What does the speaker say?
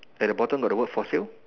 at the bottom got the word for sale